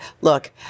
Look